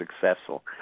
successful